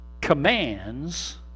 commands